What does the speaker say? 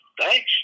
thanks